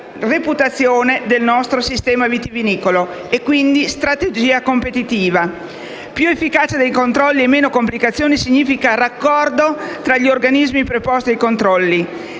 la reputazione del nostro sistema vitivinicolo, quindi strategia competitiva. Più efficacia dei controlli e meno complicazione significa raccordo tra gli organismi preposti ai controlli;